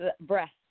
breast